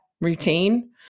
routine